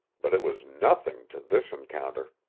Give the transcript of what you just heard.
but it was nothing to this encounter.